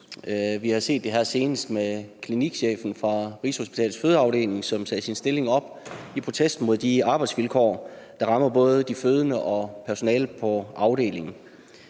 Vi har set det her senest med klinikchefen fra Rigshospitalets fødeafdeling, som sagde sin stilling op i protest mod de arbejdsvilkår, der rammer både de fødende og personalet på afdelingen.